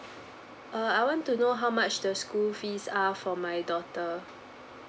err I want to know how much the school fees are for my daughter